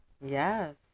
Yes